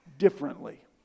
Differently